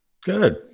Good